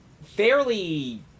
fairly